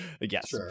Yes